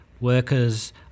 workers